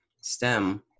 stem